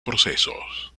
procesos